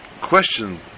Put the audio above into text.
question